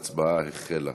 ההצבעה החלה.